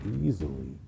easily